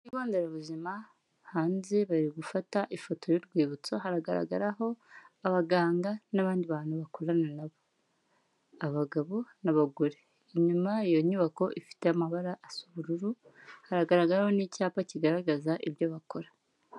Ku kigo nderabuzima hanze bari gufata ifoto y'urwibutso haragaragaraho abaganga n'abandi bantu bakorana nabo, abagabo n'abagore, inyuma iyo nyubako ifite amabara asa ubururu, haragaragaraho n'icyapa kigaragaza ibyo bakora.